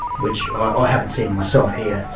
which i haven't seen myself here,